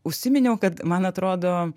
užsiminiau kad man atrodo